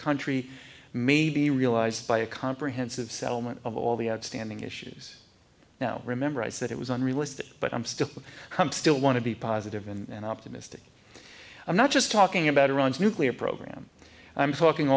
country may be realized by a comprehensive settlement of all the outstanding issues now remember i said it was unrealistic but i'm still to come still want to be positive and optimistic i'm not just talking about iran's nuclear program i'm talking